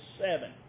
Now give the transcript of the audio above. seven